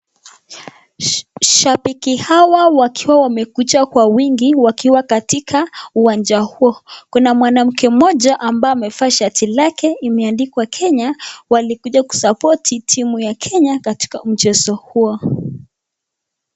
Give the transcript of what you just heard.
Shabiki hawa wakiwa wamekuja kwa wingi, wakiwa katika uwanja huo. Kuna mwanamke mmoja ambaye amevaa shati lake limeandikwa Kenya. Walikuja ku support timu ya Kenya katika mchezo huo.